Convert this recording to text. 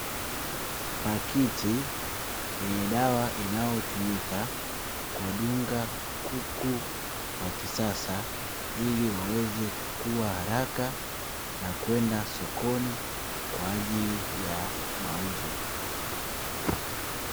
Pakiti yenye dawa inayotumika kuwadunga kuku wa kisasa ili waweze kukua haraka na kwenda sokoni kwa ajili ya mauzo.